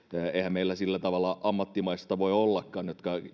meillä sillä tavalla ammattilaisia voi ollakaan jotka